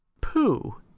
Pooh